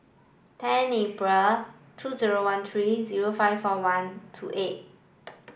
ten April two zero one three zero five four one two eight